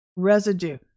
Residue